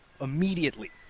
immediately